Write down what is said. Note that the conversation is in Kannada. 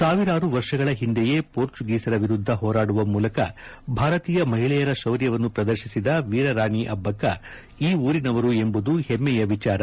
ಸಾವಿರಾರು ವರ್ಷಗಳ ಒಂದೆಯೇ ಪೋರ್ಚಗೀಸರ ವಿರುದ್ಧ ಹೋರಾಡುವ ಮೂಲಕ ಭಾರತೀಯ ಮಹಿಳೆಯರ ಶೌರ್ಯವನ್ನು ಪ್ರದರ್ಶಿಸಿದ ವೀರರಾಣಿ ಅಬ್ಬಕ್ಕ ಈ ಊರಿನವರು ಎಂಬುದು ಪೆಮ್ಮೆಯ ವಿಚಾರ